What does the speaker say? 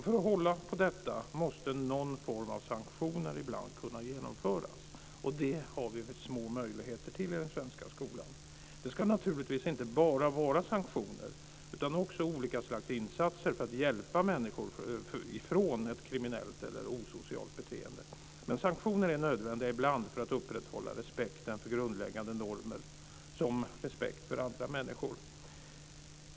För att hålla på detta måste någon form av sanktioner ibland kunna genomföras, och det har vi små möjligheter till i den svenska skolan. Det ska naturligtvis inte bara vara sanktioner, utan också olika slags insatser för att hjälpa människor ifrån ett kriminellt eller osocialt beteende. Men sanktioner är ibland nödvändiga för att upprätthålla respekten för grundläggande normer, som respekt för andra människor.